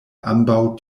ambaŭ